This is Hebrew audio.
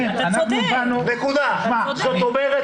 זאת אומרת,